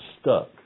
stuck